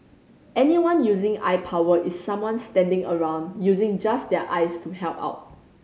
anyone using eye power is someone standing around using just their eyes to help out